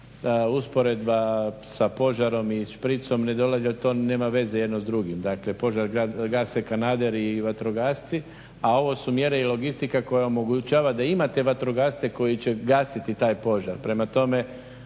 usporedba sa požarom i špricom ne dolazi jer to nema veze jedno s drugim. Dakle, požar gase kanaderi i vatrogasci, a ovo su mjere i logistika koja omogućava da imate vatrogasce koji će gasiti taj požar.